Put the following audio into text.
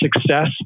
success